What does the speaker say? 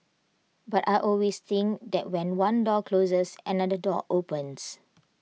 but I always think that when one door closes another door opens